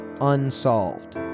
unsolved